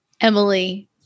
Emily